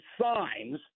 signs